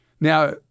Now